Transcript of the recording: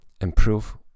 improve